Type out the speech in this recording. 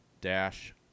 dash